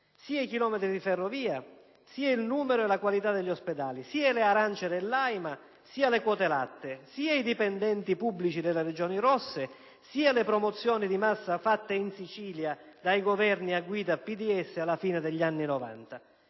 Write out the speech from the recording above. sia i chilometri di ferrovia, sia il numero e la qualità degli ospedali, sia le arance dell'AIMA, sia le quote latte, sia i dipendenti pubblici delle Regioni rosse, sia le promozioni di massa fatte in Sicilia dai Governi a guida PDS alla fine degli anni